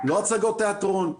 לא הצגות תיאטרון.